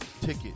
ticket